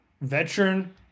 veteran